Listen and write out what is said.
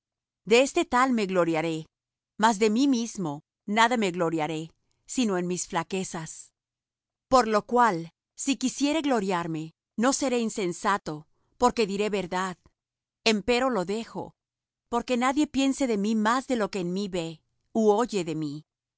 de este tal me gloriaré mas de mí mismo nada me gloriaré sino en mis flaquezas por lo cual si quisiere gloriarme no seré insensato porque diré verdad empero lo dejo porque nadie piense de mí más de lo que en mí ve ú oye de mí